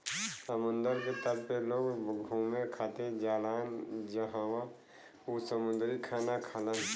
समुंदर के तट पे लोग घुमे खातिर जालान जहवाँ उ समुंदरी खाना खालन